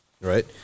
Right